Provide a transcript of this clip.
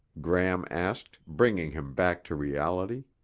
gram asked, bringing him back to reality.